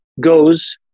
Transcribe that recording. goes